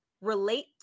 relate